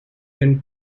been